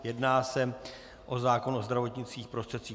Jedná se o zákon o zdravotnických prostředcích.